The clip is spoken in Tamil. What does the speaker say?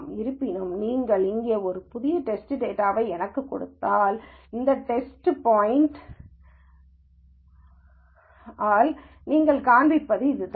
இருப்பினும் நீங்கள் இங்கே ஒரு புதிய டெஸ்ட் டேட்டாவை எனக்குக் கொடுத்தால் இந்த டேட்டா பாய்ன்ட்யால் நீங்கள் காண்பிப்பது இதுதான்